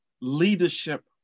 leadership